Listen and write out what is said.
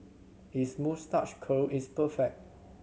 his moustache curl is perfect